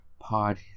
pod